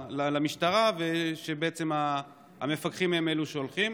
אותם למשטרה ובעצם המפקחים הם אלה שהולכים.